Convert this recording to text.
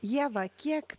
ieva kiek